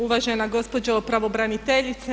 Uvažena gospođo pravobraniteljice.